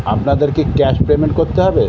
আপনাদের কি cash payment করতে হবে